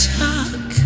talk